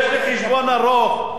יש לי חשבון ארוך,